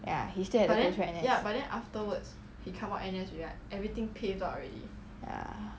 ya he still had to go through N_S ya